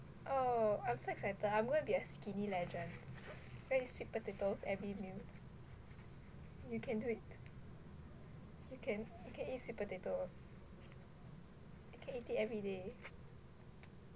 oh I'm so excited I'm gonna be a skinny legend then eat sweet potatoes every meal you can do it you can you can eat sweet potato you can eat it everyday